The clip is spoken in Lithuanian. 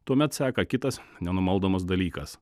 tuomet seka kitas nenumaldomas dalykas